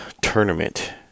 tournament